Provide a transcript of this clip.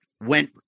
went